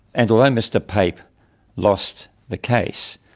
and although mr pape lost the case,